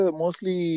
mostly